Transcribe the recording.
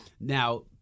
now